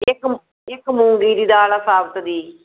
ਇਕ ਇਕ ਮੂੰਗੀ ਦੀ ਦਾਲ ਆ ਸਾਬਤ ਦੀ